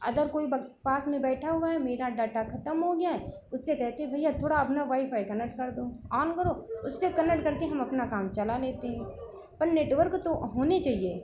other कोई पास में बैठा हुआ है मेरा डाटा खत्म हो गया है उससे कहे के भईया थोड़ा अपना वाईफ़ाई कनेक्ट कर दो ऑन करो उससे कनेक्ट करके हम अपना काम चला लेते हैं पर नेटवर्क तो होने चाहिए